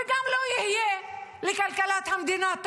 וגם לא יהיה טוב לכלכלת המדינה.